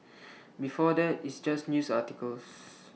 before that it's just news articles